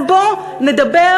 אז בוא נדבר,